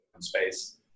space